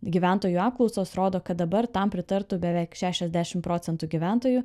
gyventojų apklausos rodo kad dabar tam pritartų beveik šešiasdešimt procentų gyventojų